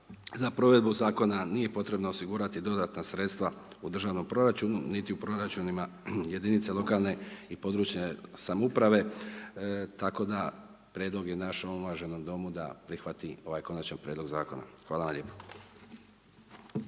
za provedbu zakona, nije potrebno osigurati dodatna sredstva niti u državnom proračunu niti u proračunima jedinice lokalne samouprave. Tako da prijedlog je naš u ovom uvaženom Domu da prihvati ovaj konačni prijedlog zakona. Hvala vam lijepa.